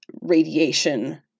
radiation